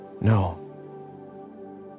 no